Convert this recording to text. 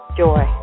joy